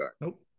Nope